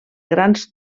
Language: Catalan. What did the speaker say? grans